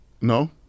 No